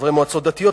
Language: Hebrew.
וחברי מועצות דתיות,